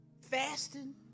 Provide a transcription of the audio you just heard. fasting